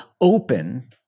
open